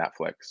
netflix